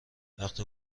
وقتی